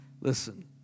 Listen